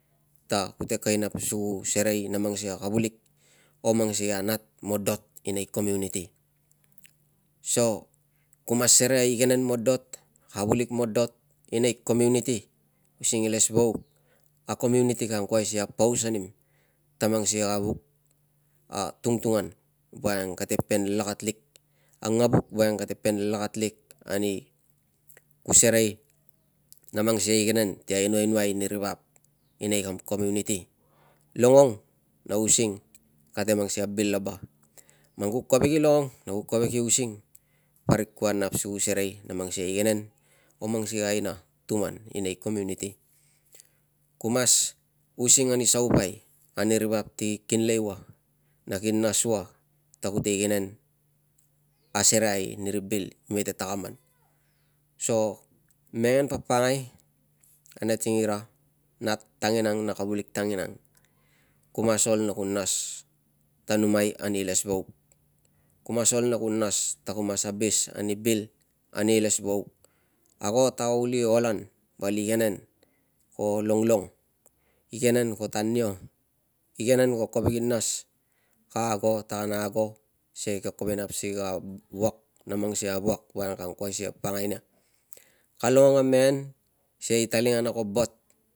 Ta kute kovek i nap si ku serei na mang sikei a kavulik o mang sikei a nat modot i nei komuniti so ku mas serei a igenen modot, kavulik modot i nei komuniti using ilesvauk a komuniti ka angkuai si ka apaus anim ta mang sikei a vuk- a tungtungan woiang kate pen lakat lik- a nganu voiang kate pen lakat lik ani ku serei na mang sikei a igenen ti ainoinoai ni ri vap i nei kam komuniti. Longong na using kate mang sikei a bil laba, man ku kovek i longong na ku kovek i using parik kua nap si ku serei a mang sikei a igenen o mang sikei a aina tuman i nei komuniti. Ku mas using ani saupai ani ri vap ki kinlei ua na ki nas ua ta kute igenen asereai ni ri bil mete takaman so mengen papakangai ane tingira nat tanginang na kavulik tanginang, ku mas ol na ku nas ta numai ani ilesvauk, ku mas ol na ku nas ta ku mas abis ani bil ani ilesvauk. Ago ta uli ol an val igenen ko longlong, igenen ko tanio, igenen ko kovek i nas, ka ago ta kana ago sikei ka kovek i nam si ka wuak na mang sikei a wuak woiang ka angkuai si ka pakangai nia, ka longong a mengen sikei talingana ko bot